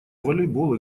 волейбол